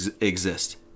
exist